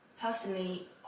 personally